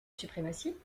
suprématie